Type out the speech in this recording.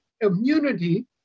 immunity